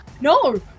No